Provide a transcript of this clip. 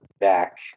back